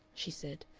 she said,